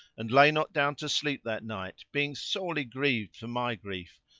and lay not down to sleep that night, being sorely grieved for my grief,